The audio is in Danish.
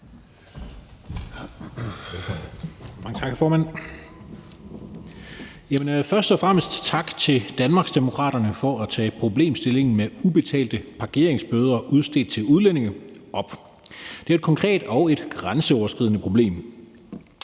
tak til Danmarksdemokraterne for at tage problemstillingen med ubetalte parkeringsbøder udstedt til udlændinge op. Det er et konkret og et grænseoverskridende problem.